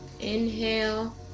Inhale